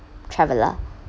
traveller